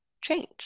change